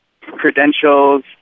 credentials